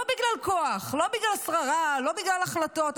לא בגלל כוח, לא בגלל שררה, לא בגלל החלטות.